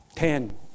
Ten